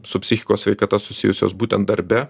su psichikos sveikata susijusios būtent darbe